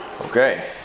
Okay